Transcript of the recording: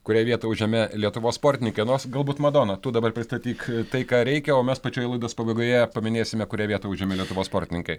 kurią vietą užėmė lietuvos sportininkai nors galbūt madona tu dabar pristatyk tai ką reikia o mes pačioj laidos pabaigoje paminėsime kurią vietą užėmė lietuvos sportininkai